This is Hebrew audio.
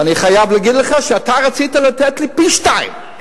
ואני חייב להגיד לך שאתה רצית לתת לי פי-שניים.